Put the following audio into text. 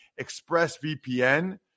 ExpressVPN